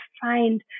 find